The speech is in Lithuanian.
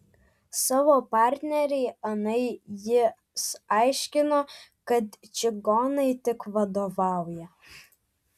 savo partnerei anai jis aiškino kad čigonai tik vadovauja